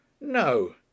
No